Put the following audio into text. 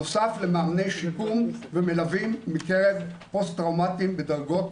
נוסף למאמני שיקום ומלווים מקרב פוסט טראומטיים בדרגות